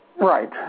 Right